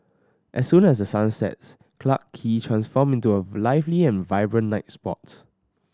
as soon as the sun sets Clarke Quay transform into a lively and vibrant night spot